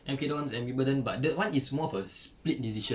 M_K dons and wimbledon but the one is more of a split decision